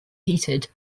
heated